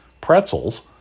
pretzels